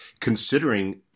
considering